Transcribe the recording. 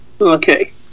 Okay